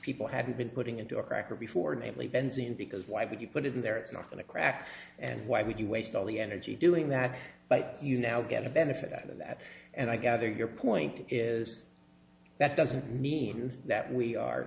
people had been putting into a cracker before namely benzene because why would you put it in there it's not going to crack and why would you waste all the energy doing that but you now get a benefit of that and i gather your point is that doesn't mean that we are